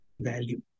value